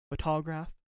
photograph